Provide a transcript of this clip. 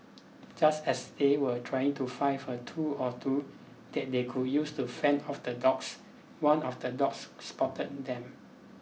just as they were trying to find a tool or two that they could use to fend off the dogs one of the dogs spotted them